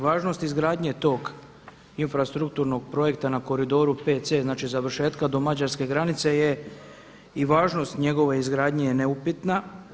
Važnost izgradnje tog infrastrukturnog projekta na koridoru 5C, znači završetka do mađarske granice je i važnost njegove izgradnje je neupitna.